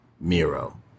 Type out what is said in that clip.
miro